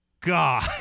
God